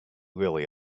really